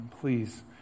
Please